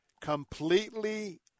completely